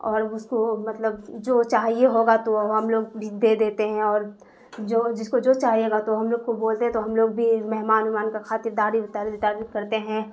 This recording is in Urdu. اور اس کو مطلب جو چاہیے ہوگا تو ہم لوگ بھی دے دیتے ہیں اور جو جس کو جو چاہیے گا تو ہم لوگ کو بولتے ہے تو ہم لوگ بھی مہمان ومان کا خاطر داری کرتے ہیں